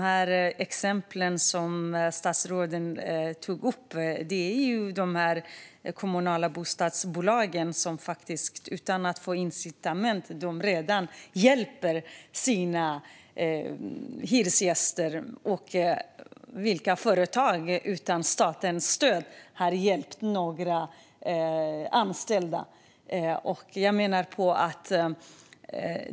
De exempel som statsrådet tog upp är kommunala bostadsbolag som faktiskt utan att ha fått incitament redan hjälper sina hyresgäster. Vilka företag har utan statens stöd hjälpt några anställda?